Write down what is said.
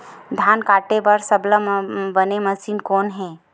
धान काटे बार सबले बने मशीन कोन हे?